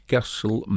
Castle